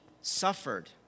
suffered